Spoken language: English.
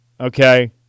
Okay